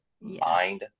mind